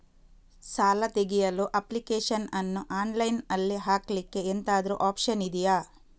ಸಾಲ ತೆಗಿಯಲು ಅಪ್ಲಿಕೇಶನ್ ಅನ್ನು ಆನ್ಲೈನ್ ಅಲ್ಲಿ ಹಾಕ್ಲಿಕ್ಕೆ ಎಂತಾದ್ರೂ ಒಪ್ಶನ್ ಇದ್ಯಾ?